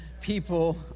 People